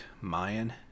Mayan